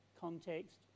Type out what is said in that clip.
context